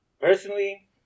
Personally